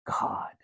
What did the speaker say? God